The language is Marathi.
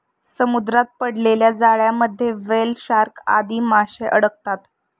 समुद्रात पडलेल्या जाळ्यांमध्ये व्हेल, शार्क आदी माशे अडकतात